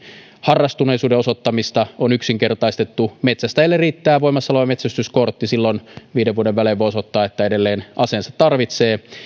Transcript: harrastuneisuuden osoittamista on yksinkertaistettu metsästäjille riittää voimassa oleva metsästyskortti silloin viiden vuoden välein voi osoittaa että edelleen aseensa tarvitsee